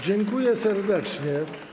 Dziękuję serdecznie.